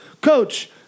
coach